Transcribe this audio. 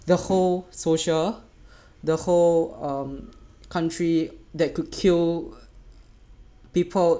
the whole social the whole country that could kill people